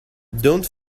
don‘t